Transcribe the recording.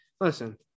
listen